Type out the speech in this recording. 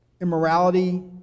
Immorality